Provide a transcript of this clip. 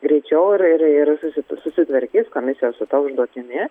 greičiau ir ir ir susi susitvarkys komisijos su užduotimi